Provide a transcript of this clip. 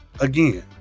again